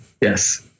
Yes